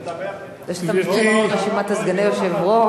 כשאתה מזכיר את רשימת כל